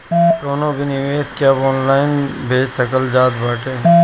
कवनो भी निवेश के अब ऑनलाइन भजा सकल जात बाटे